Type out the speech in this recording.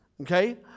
okay